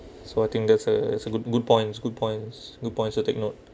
so I think that's a it's a good good points good points good points to take note